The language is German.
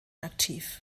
aktiv